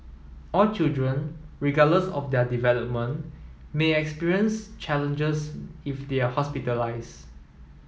all children regardless of their development may experience challenges if they are hospitalised